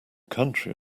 country